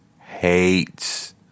hates